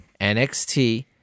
NXT